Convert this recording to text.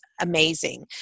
amazing